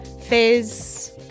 fizz